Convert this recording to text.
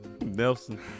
Nelson